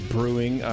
Brewing